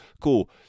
cool